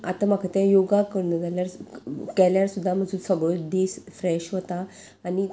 आतां म्हाका तें योगा करना जाल्यार केल्यार सु सुद्दां म्हजो सगळ्यो दीस फ्रेश वता आनी